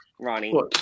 Ronnie